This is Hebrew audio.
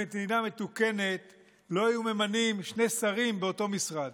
במדינה מתוקנת לא היו ממנים שני שרים באותו משרד.